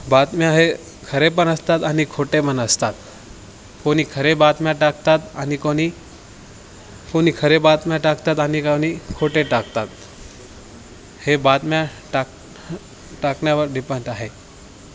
बातम्या हे खरेपण असतात आणि खोटेपण असतात कोणी खरे बातम्या टाकतात आणि कोणी को खरे बातम्या टाकतात आणि कोणी खोटे टाकतात हे बातम्या टाक टाकण्यावर डिपेंड आहे